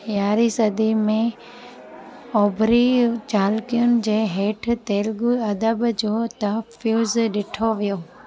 यारहीं सदी में ओभरी चालुक्यनि जे हेठि तेलुगु अदब जो तहफ़्फ़ुज़ ॾिठो वियो